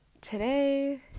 today